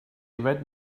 yfed